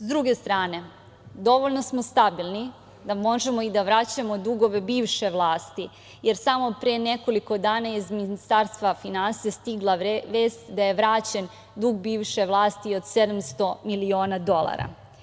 S druge strane, dovoljno smo stabilni da možemo i da vraćamo dugove bivše vlasti, jer samo pre nekoliko dana je iz Ministarstva finansija stigla vest da je vraćen dug bivše vlasti od 700 miliona dolara.